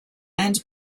and